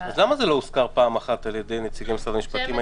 אז למה זה לא הוזכר פעם אחת על ידי נציגי משרד המשפטים,